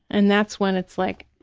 and that's when it's like,